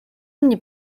мне